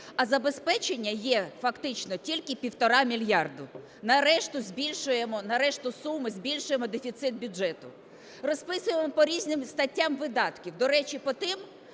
а забезпечення є фактично тільки півтора мільярда, на решту суми збільшуємо дефіцит бюджету, розписуємо по різним статтям видатки, до речі, по тим